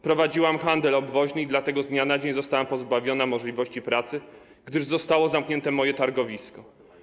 Prowadziłam handel obwoźny i z dnia na dzień zostałam pozbawiona możliwości pracy, gdyż zostało zamknięte moje targowisko.